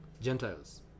Gentiles